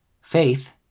Faith